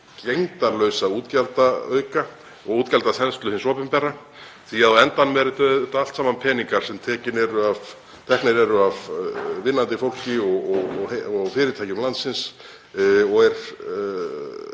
gegndarlausa útgjaldaauka og útgjaldaþenslu hins opinbera því að á endanum er þetta auðvitað allt saman peningar sem teknir eru af vinnandi fólki og fyrirtækjum landsins og er